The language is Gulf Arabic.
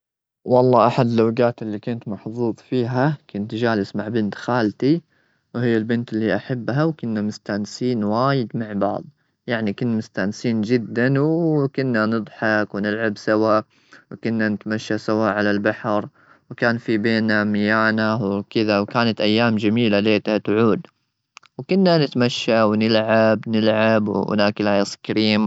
والله أحد الأوقات اللي كنت محظوظ فيها، كنت جالس مع بنت خالتي، وهي البنت اللي أحبها. وكنا مستأنسين وايد مع بعض، يعني كنا مستأنسين جدا، وكنا نضحك ونلعب سوا، وكنا نتمشى سوا على البحر، وكان في بيننا ميانة وكذا. وكانت أيام جميلة، ليتها تعود، وكنا نتمشى ونلعب، نلعب وناكل آيس كريم.